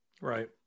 right